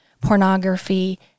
pornography